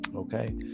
okay